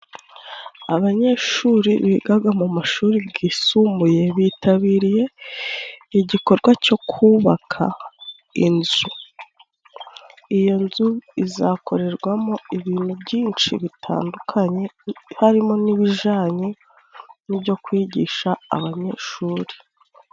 Abanyeshuri bigaga mu mashuri gisumbuye bitabiriye igikorwa cyo kubaka inzu . Iyo nzu izakorerwamo ibintu byinshi bitandukanye harimo n'ibijyanye n'ibyo kwigisha abanyeshuri.